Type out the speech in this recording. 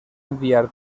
enviar